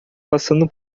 passando